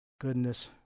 Goodness